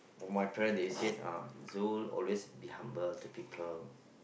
for my parents they said uh Zul always be humble to people